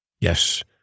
yes